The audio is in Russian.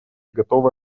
готовы